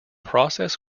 process